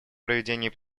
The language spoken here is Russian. проведении